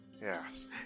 Yes